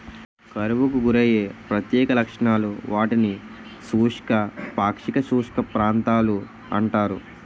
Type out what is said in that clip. కరువుకు గురయ్యే ప్రత్యక్ష లక్షణాలు, వాటిని శుష్క, పాక్షిక శుష్క ప్రాంతాలు అంటారు